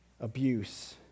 abuse